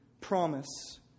promise